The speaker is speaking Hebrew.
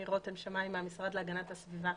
אני מהמשרד להגנת הסביבה.